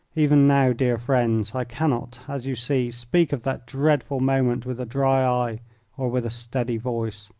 even now, dear friends, i cannot, as you see, speak of that dreadful moment with a dry eye or with a steady voice.